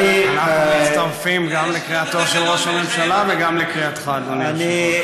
אולי לשנות את התקנון ולחייב אותם.